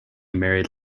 married